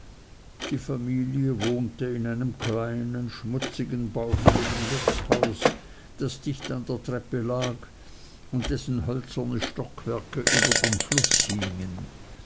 die familie wohnte in einem kleinen schmutzigen baufälligen wirtshaus das dicht an der treppe lag und dessen hölzerne stockwerke über den fluß hingen